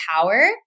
power